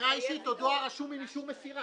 במסירה אישית או דואר רשום עם אישור מסירה.